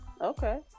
Okay